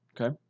Okay